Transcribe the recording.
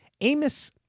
Amos